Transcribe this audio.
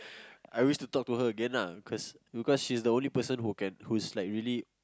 I wish to talk to her again ah cause because she is the only person who can who is like really